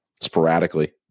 sporadically